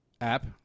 app